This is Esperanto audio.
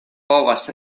povas